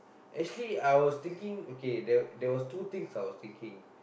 actually I was thinking okay there there was two things I was thinking